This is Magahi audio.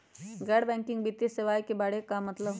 गैर बैंकिंग वित्तीय सेवाए के बारे का मतलब?